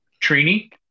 Trini